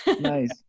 nice